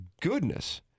goodness